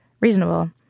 reasonable